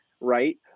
right